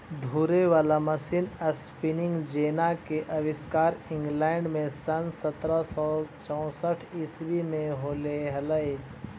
घूरे वाला machine spinning jenny के आविष्कार इंग्लैंड में सन् सत्रह सौ चौसठ ईसवी में होले हलई